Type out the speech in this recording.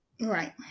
Right